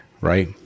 right